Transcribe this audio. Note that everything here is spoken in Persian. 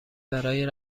برای